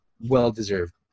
Well-deserved